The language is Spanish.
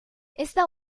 esta